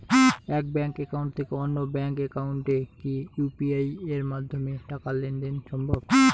এক bank account থেকে অন্য ব্যাংক একাউন্টে কি ইউ.পি.আই মাধ্যমে টাকার লেনদেন দেন সম্ভব?